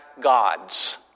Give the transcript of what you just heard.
gods